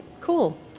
cool